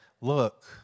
look